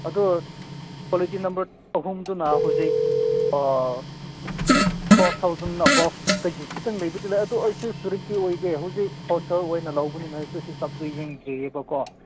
ꯑꯗꯣ quality number ꯑꯍꯨꯝꯗꯨꯅ ꯍꯧꯖꯤꯛ ꯇ꯭ꯋꯦꯜꯐ ꯊꯥꯎꯖꯟ ꯑꯕꯐꯇꯒꯤ ꯈꯤꯇꯪ ꯂꯩꯕꯨꯗꯤ ꯂꯩ ꯑꯗꯨ ꯑꯣꯏꯔꯁꯨ ꯁꯤꯌꯣꯔꯇꯤ ꯑꯣꯏꯗꯦ ꯍꯧꯖꯤꯛ ꯍꯣꯜꯁꯦꯜ ꯑꯣꯏꯅ ꯂꯧꯕꯅꯤꯅ ꯑꯩꯁꯨ ꯍꯤꯁꯥꯞꯇꯨ ꯌꯦꯡꯗ꯭ꯔꯤꯌꯦꯕꯀꯣ